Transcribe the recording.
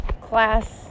class